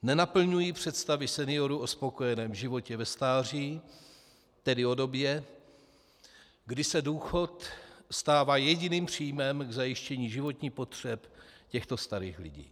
Nenaplňují představy seniorů o spokojeném životě ve stáří, tedy o době, kdy se důchod stává jediným příjmem k zajištění životních potřeb těchto starých lidí.